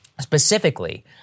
specifically